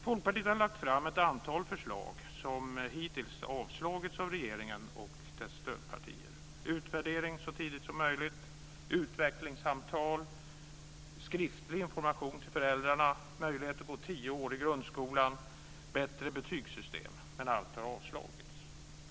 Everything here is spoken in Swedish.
Folkpartiet har lagt fram ett antal förslag som hittills avslagits av regeringen och dess stödpartier. Det gäller utvärdering så tidigt som möjligt, utvecklingssamtal, skriftlig information till föräldrarna, möjlighet att gå tio år i grundskolan och bättre betygssystem. Men allt har avslagits.